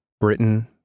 Britain